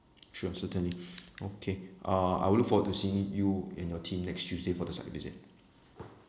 sure certainly okay uh I will look forward to seeing you and your team next tuesday for the site visit